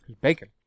bacon